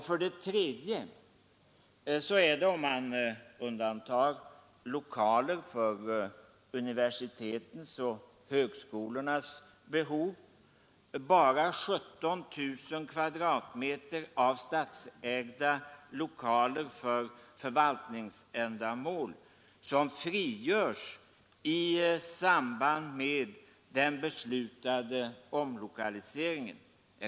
För det tredje är det — om man undantar lokaler för universitetens och högskolornas behov — bara 17 000 kvadratmeter av statsägda lokaler för förvaltningsändamål som frigörs i samband med den beslutade omlokaliseringen.